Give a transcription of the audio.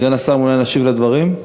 סגן השר מעוניין להשיב על הדברים?